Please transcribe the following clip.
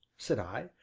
said i,